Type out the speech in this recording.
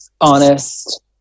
honest